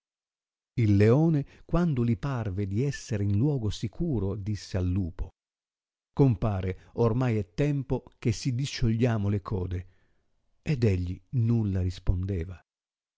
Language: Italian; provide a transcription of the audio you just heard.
il leone quando li parve di essere in luogo sicuro disse al lupo compare ormai è tempo che si disciogliamo le code ed egli nulla rispondeva